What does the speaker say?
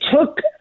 took